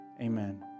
amen